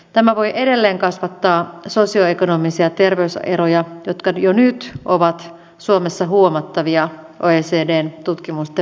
tämä voi edelleen kasvattaa sosioekonomisia terveyseroja jotka ovat jo nyt suomessa huomattavia oecdn tutkimusten mukaan